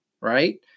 right